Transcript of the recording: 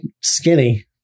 skinny